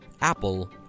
Apple